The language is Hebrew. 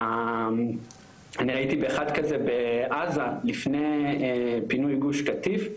ואני ראיתי אחד כזה בעזה לפני פינוי גוש קטיף,